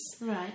Right